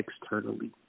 externally